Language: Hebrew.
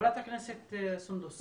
חברת הכנסת סונדוס סאלח.